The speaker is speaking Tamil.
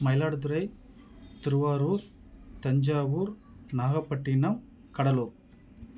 மயிலாடுதுறை திருவாரூர் தஞ்சாவூர் நாகப்பட்டினம் கடலூர்